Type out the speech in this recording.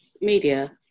media